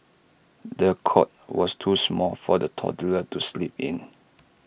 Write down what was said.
the cot was too small for the toddler to sleep in